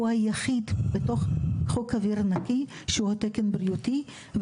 הוא היחיד בחוק האוויר הנקי שהוא תקן בריאותי,